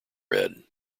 red